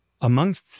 Amongst